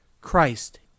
Christ